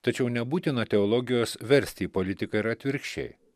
tačiau nebūtina teologijos versti į politiką ir atvirkščiai